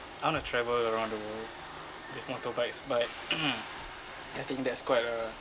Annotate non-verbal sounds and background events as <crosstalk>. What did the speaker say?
I want to travel around the world with motorbikes but <noise> I think that's quite a